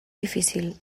difícil